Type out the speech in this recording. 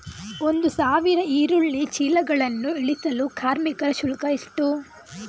ಒಂದು ಸಾವಿರ ಈರುಳ್ಳಿ ಚೀಲಗಳನ್ನು ಇಳಿಸಲು ಕಾರ್ಮಿಕರ ಶುಲ್ಕ ಎಷ್ಟು?